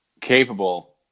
capable